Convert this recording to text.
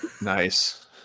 Nice